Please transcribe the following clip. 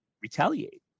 retaliate